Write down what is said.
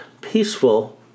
peaceful